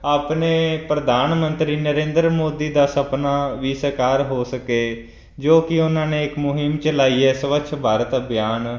ਆਪਣੇ ਪ੍ਰਧਾਨ ਮੰਤਰੀ ਨਰਿੰਦਰ ਮੋਦੀ ਦਾ ਸਪਨਾ ਵੀ ਸਾਕਾਰ ਹੋ ਸਕੇ ਜੋ ਕਿ ਉਹਨਾਂ ਨੇ ਇੱਕ ਮੁਹਿੰਮ ਚਲਾਈ ਹੈ ਸਵੱਛ ਭਾਰਤ ਅਭਿਆਨ